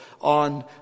on